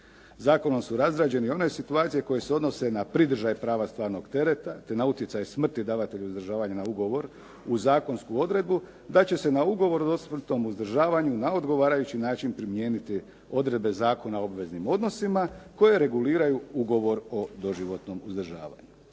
Zakonom su razrađene i one situacije koje se odnose na pridržaj prava stvarnog tereta te na utjecaj smrti davatelju uzdržavanja na ugovor uz zakonsku odredbu da će se na ugovoru o dosmrtnom uzdržavanju na odgovarajući način primijeniti odredbe Zakona o obveznim odnosima koje reguliraju ugovor o doživotnom uzdržavanju.